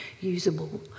usable